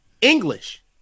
English